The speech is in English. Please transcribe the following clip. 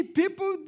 people